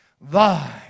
Thy